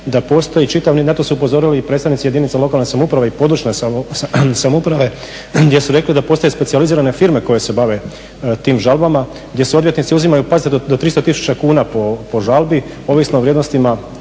da postoji čitav, na to su upozorili i predstavnici jedinica lokalne samouprave i područne samouprave, gdje su rekli da postoje specijalizirane firme koje se bave tim žalbama gdje se odvjetnici uzimaju pazite do 300 tisuća kuna po žalbi ovisno o vrijednostima